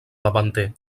davanter